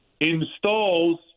installs